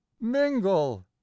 mingle